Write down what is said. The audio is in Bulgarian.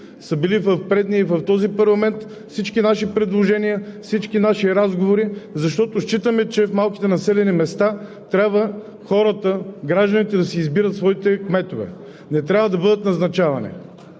са били в предния и в този парламент от всички наши предложения и всички наши разговори, защото считаме, че в малките населени места хората, гражданите трябва да си избират своите кметове – не трябва да бъдат назначавани.